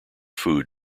food